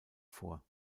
vor